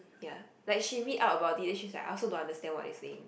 ya like she read up about it then she's like I also don't understand what they say